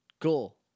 Cool